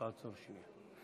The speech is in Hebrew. תעצור שנייה.